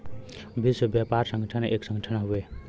विश्व व्यापार संगठन एक संगठन हउवे